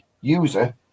user